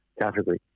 category